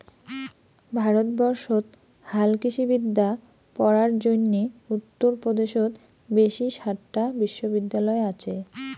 ভারতবর্ষত হালকৃষিবিদ্যা পড়ার জইন্যে উত্তর পদেশত বেশি সাতটা বিশ্ববিদ্যালয় আচে